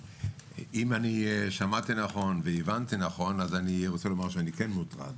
אם אני שמעתי נכון והבנתי נכון אז אני רוצה לומר שאני כן מוטרד,